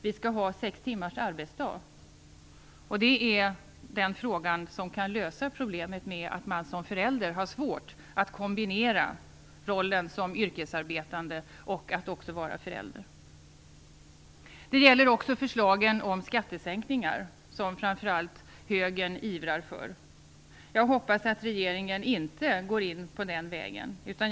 Vi skall ha sex timmars arbetsdag, och det kan lösa problemet med att kombinera rollen som yrkesarbetande med att också vara förälder. Det gäller också förslagen om skattesänkningar, som framför allt högern ivrar för. Jag hoppas att regeringen inte går in på den vägen.